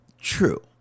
True